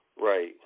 right